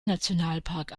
nationalpark